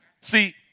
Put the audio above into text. See